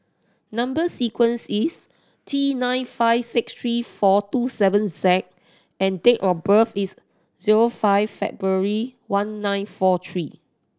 number sequence is T nine five six three four two seven Z and date of birth is zero five February one nine four three